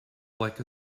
like